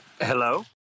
Hello